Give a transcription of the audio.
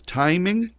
timing